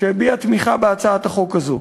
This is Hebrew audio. שהביע תמיכה בהצעת החוק הזאת,